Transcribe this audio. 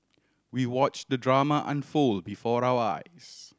we watch the drama unfold before our eyes